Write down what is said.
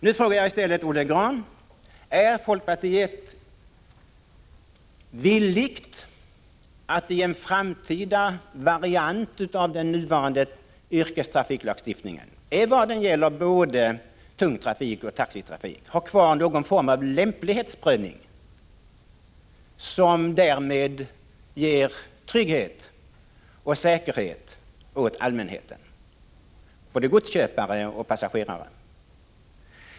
Nu frågar jag i stället Olle Grahn: Är ni inom folkpartiet villiga att i en framtida variant av nuvarande yrkestrafiklagstiftning, evad gäller både tung trafik och taxitrafik, ha kvar någon form av lämplighetsprövning som därmed ger trygghet och säkerhet åt allmänheten, både godsköpare och passagerare?